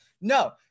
No